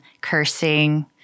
cursing